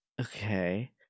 Okay